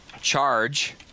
charge